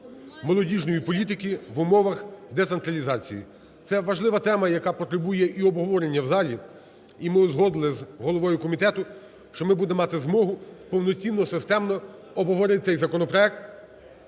молодіжної політики в умовах децентралізації". Це важлива тема, яка потребує і обговорення в залі. І ми узгодили з головою комітету, що ми будемо мати змогу повноцінно системно обговорити і законопроект